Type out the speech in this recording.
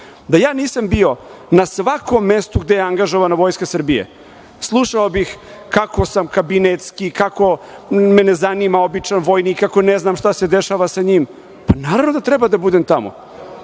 ja nisam bio na svakom mestu gde je angažovana Vojska Srbije, slušao bih kako sam kabinetski, kako me ne zanima običan vojnik, kako ne znam šta se dešava sa njim. Naravno da treba da budem tamo